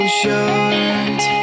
short